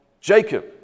Jacob